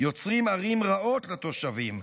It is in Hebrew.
יוצרים ערים רעות לתושבים,